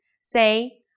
say